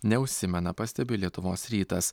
neužsimena pastebi lietuvos rytas